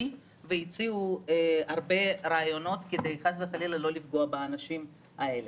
והציעו הרבה רעיונות כדי לא לפגוע באנשים האלה.